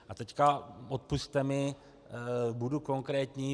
A teď, odpusťte mi, budu konkrétní.